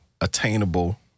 attainable